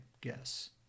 guess